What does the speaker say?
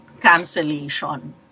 cancellation